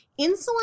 insulin